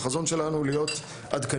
החזון שלנו הוא להיות עדכניים,